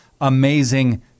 amazing